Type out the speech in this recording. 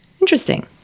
Interesting